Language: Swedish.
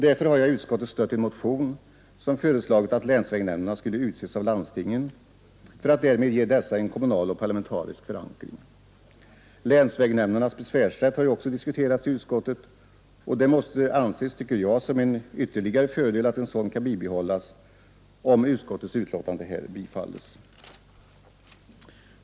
Därför har jag i utskottet stött en motion där det föreslagits att länsvägnämnderna skulle utses av landstingen för att därmed ge dessa en kommunal och parlamentarisk förankring. Länsvägnämndernas besvärsätt har också diskuterats i utskottet. Det måste, tycker jag, anses som en ytterligare fördel att en sådan kan bibehållas om utskottsbetänkandet på denna punkt bifalles.